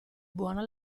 buona